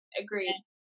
Agreed